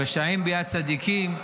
רשעים ביד צדיקים"